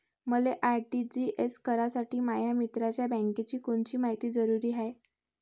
मले आर.टी.जी.एस करासाठी माया मित्राच्या बँकेची कोनची मायती जरुरी हाय?